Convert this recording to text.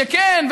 שכן,